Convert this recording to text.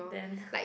then